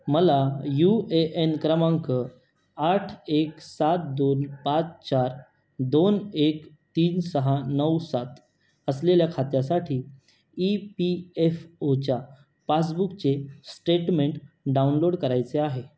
मला U A N क्रमांक आठ एक सात दोन पाच चार दोन एक तीन सहा नऊ सात असलेल्या खात्यासाठी ई पी एफ ओच्या पासबुकचे स्टेटमेंट डाउनलोड करायचे आहे